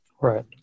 Right